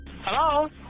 Hello